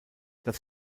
das